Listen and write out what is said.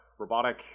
Robotic